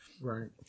Right